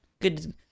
Good